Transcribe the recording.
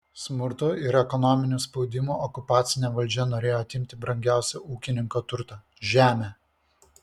smurtu ir ekonominiu spaudimu okupacinė valdžia norėjo atimti brangiausią ūkininko turtą žemę